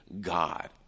God